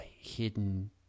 hidden